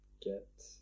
get